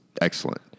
excellent